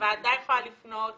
הוועדה יכולה לפנות